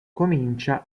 comincia